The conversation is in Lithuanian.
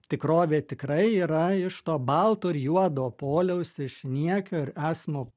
tikrovė tikrai yra iš to balto ir juodo poliaus iš niekio ir esmo